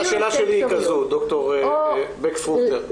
השאלה היא כזו, דו"ר בק פרוכטר.